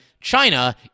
China